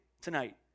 tonight